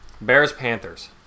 Bears-Panthers